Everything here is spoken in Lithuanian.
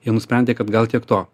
jie nusprendė kad gal tiek to